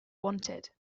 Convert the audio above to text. wanted